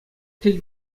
тӗл